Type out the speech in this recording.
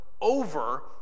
over